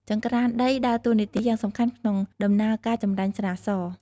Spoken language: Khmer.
ចង្រ្កានដីដើរតួនាទីយ៉ាងសំខាន់ក្នុងដំណើរការចម្រាញ់ស្រាស។